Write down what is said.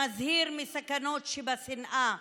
שמזהיר מהסכנות שבשנאה